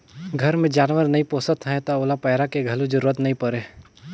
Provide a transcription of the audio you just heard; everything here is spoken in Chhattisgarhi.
घर मे जानवर नइ पोसत हैं त ओला पैरा के घलो जरूरत नइ परे